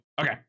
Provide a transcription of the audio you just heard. Okay